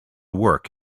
work